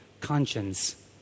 conscience